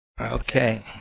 Okay